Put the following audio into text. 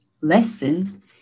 lesson